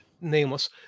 Nameless